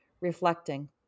reflecting